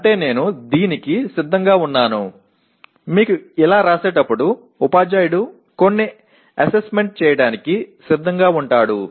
అంటే నేను దీనికి సిద్ధంగా ఉన్నాను మీరు ఇలా వ్రాసేటప్పుడు ఉపాధ్యాయుడు కొన్ని అసెస్మెంట్ చేయటానికి సిద్ధంగా ఉంటాడు